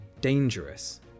dangerous